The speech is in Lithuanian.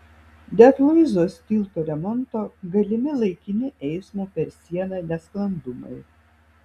dėl luizos tilto remonto galimi laikini eismo per sieną nesklandumai